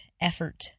effort